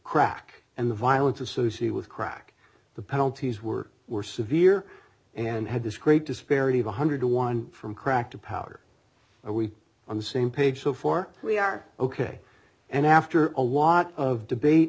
crack and the violence associated with crack the penalties were were severe and had this great disparity of one hundred to one from crack to power are we on the same page before we are ok and after a lot of debate